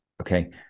Okay